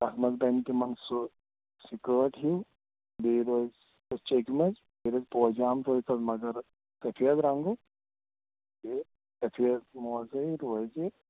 تَتھ مَنٛزِ بَنہِ تِمَن سُہ سِکٲٹ ہِوۍ بیٚیہِ روزِ چیٚکہِ منٛز بیٚیہِ روزِ پٲجامہٕ تہِ روزِ تتھ مگر سَفید رَنٛگُک بیٚیہِ سَفیٖد موزے روزِ